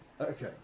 Okay